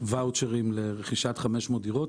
ואוצ'רים לרכישת 500 דירות.